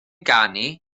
ganu